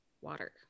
water